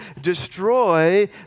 destroy